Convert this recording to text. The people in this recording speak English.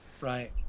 Right